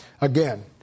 Again